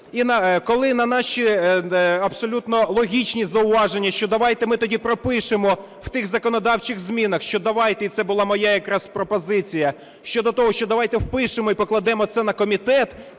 І коли на наші абсолютно логічні зауваження, що давайте ми тоді пропишемо в тих законодавчих змінах, що давайте, і це була моя якраз пропозиція щодо того, що давайте впишемо і покладемо це на комітет,